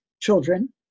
children